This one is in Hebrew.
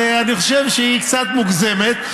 ואני חושב שהיא קצת מוגזמת,